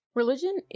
Religion